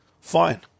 fine